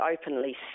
openly